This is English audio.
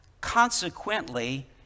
Consequently